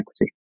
equity